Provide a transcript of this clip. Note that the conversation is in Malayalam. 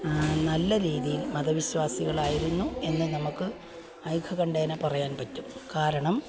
നല്ല രീതിയിൽ മത വിശ്വാസികളായിരിരുന്നു എന്ന് നമുക്ക് ഐക്യകണ്ഠേന പറയാൻ പറ്റും കാരണം